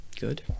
good